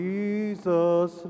Jesus